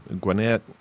Gwinnett